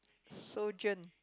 sojourn